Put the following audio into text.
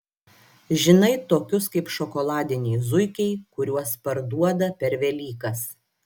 žinai tokius kaip šokoladiniai zuikiai kuriuos parduoda per velykas